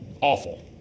Awful